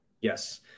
Yes